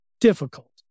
difficult